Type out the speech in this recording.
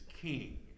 king